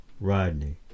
Rodney